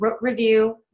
Review